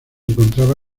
encontraba